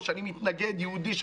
שמעתי בדיון הקודם.